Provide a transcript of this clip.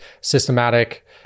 systematic